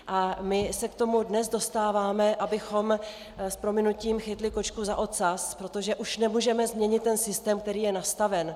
A my se k tomu dnes dostáváme, abychom s prominutím chytli kočku za ocas, protože už nemůžeme změnit ten systém, který je nastaven.